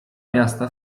miasta